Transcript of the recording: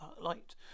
light